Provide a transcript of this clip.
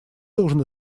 должен